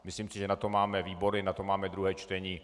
Myslím si, že na to máme výbory, na to máme druhé čtení.